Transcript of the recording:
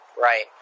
right